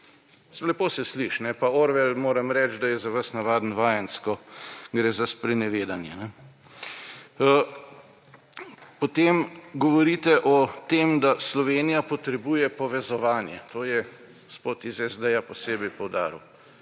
Lepo se sliši. Pa Orwell, moram reči, da je za vas navaden vajenec, ko gre za sprenevedanje. Potem govorite o tem, da Slovenija potrebuje povezovanje. To je gospod iz SD posebej poudaril.